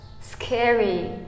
scary